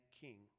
king